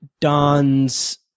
Don's